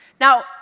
Now